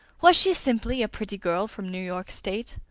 was she simply a pretty girl from new york state?